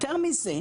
יותר מזה,